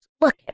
Look